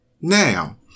Now